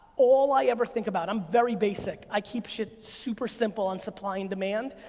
all i ever think about, i'm very basic. i keep shit super simple on supply and demand.